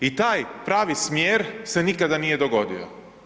I taj pravi smjer se nikada nije dogodio.